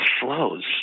flows